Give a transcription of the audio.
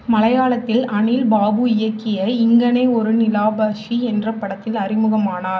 மலையாளத்தில் அனில் பாபு இயக்கிய இங்கனே ஒரு நிலாபக்ஷி என்ற படத்தில் அறிமுகமானார்